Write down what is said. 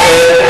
כן.